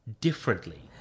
differently